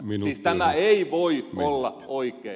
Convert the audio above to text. siis tämä ei voi olla oikein